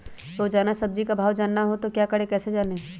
रोजाना सब्जी का भाव जानना हो तो क्या करें कैसे जाने?